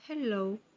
Hello